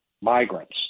migrants